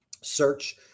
search